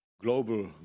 Global